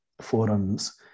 forums